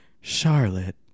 Charlotte